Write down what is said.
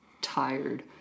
tired